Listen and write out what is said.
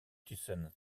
tussen